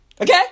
Okay